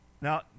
Now